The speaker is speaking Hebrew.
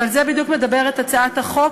ועל זה בדיוק אני מדברת בהצעת החוק,